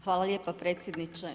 Hvala lijepa predsjedniče.